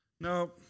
No